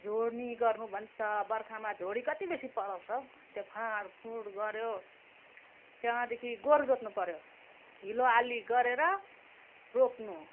झोड्नी गर्नु भन्छ बर्खामा झोडी कति बेसी पलाउँछ हो त्यो फाँडफुँड गऱ्यो त्यहाँदेखि गोरु जोत्नु पऱ्यो हिलोआली गरेर रोप्नु